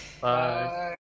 Bye